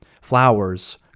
flowers